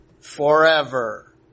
forever